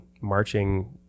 marching